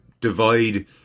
divide